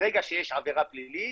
ברגע שיש עבירה פלילית,